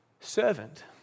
servant